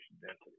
density